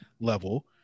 level